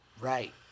Right